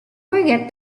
forget